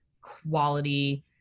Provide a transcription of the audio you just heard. quality